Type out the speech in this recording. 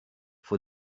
for